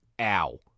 Ow